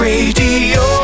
Radio